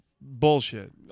Bullshit